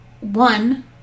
one